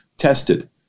tested